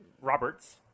Roberts